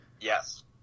Yes